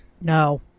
No